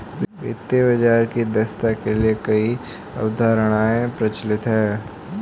वित्तीय बाजार की दक्षता के लिए कई अवधारणाएं प्रचलित है